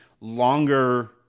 longer